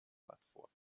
plattform